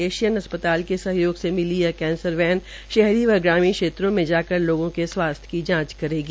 एश्यिन अस्पताल के सहयोग से मिली यह कैंसर वैन शहरी व ग्रामीण क्षेत्रों में जा कर लोगों की स्वासथ्य जांच करेंगी